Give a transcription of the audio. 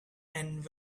and